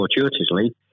fortuitously